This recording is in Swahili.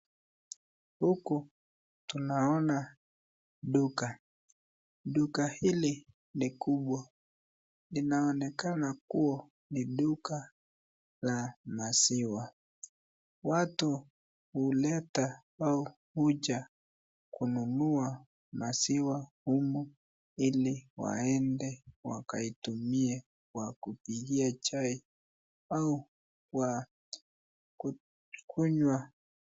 Huku tunaona duka. Duka hili ni kubwa, inaonekana kuwa ni duka la maziwa. Watu huleta au huja kununua maziwa humu ili waende wakaitumie kwa kupikia chai au wa kunywa.